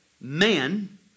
man